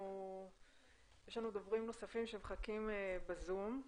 יש לנו דוברים נוספים שמחכים בזום.